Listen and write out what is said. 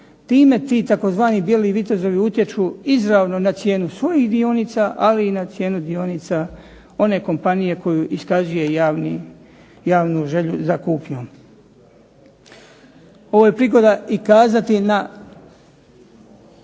Time ti tzv. bijeli vitezovi utječu izravno na cijenu svojih dionica, ali i na cijenu dionica one kompanije koju iskazuje javnu želju za kupnjom. Ovo je prigoda i kazati na